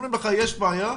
אומרים לך 'יש בעיה,